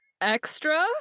extra